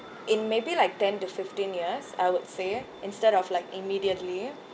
in maybe like ten to fifteen years I would say instead of like immediately